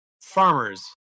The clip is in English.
farmers